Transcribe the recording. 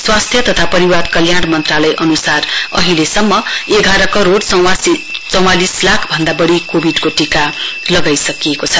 स्वास्थ्य तथा परिवार कल्याण मन्त्रालय अन्सार अहिलेसम्म एघार करोड़ चौंवालिस लाख भन्दा बढ़ी कोविडको टीका लगाईसकिएको छ